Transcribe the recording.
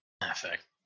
Perfect